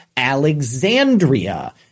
Alexandria